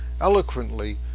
eloquently